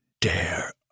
dare